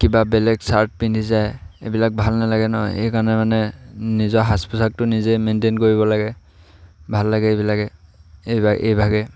কিবা বেলেগ চাৰ্ট পিন্ধি যায় এইবিলাক ভাল নালাগে ন সেইকাৰণে মানে নিজৰ সাজ পোচাকটো নিজেই মেইনটেইন কৰিব লাগে ভাল লাগে এইবিলাকে এইভাগে